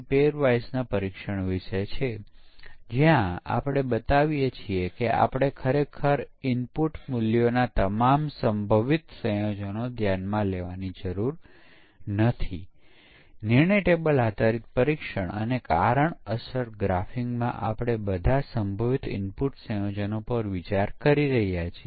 તેથી તે આપણી પરીક્ષણના માપદંડ છે આપણે તપાસીએ છીએ કે એલિમેન્ટ કે જે આપણે જોઇયે છીયે તે તે નિવેદનો છે કે શરતો છે કે તે બધાને આવરી લેવામાં આવ્યા છે